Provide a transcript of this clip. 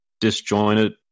disjointed